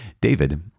David